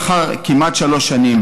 לאחר כמעט שלוש שנים,